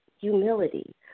humility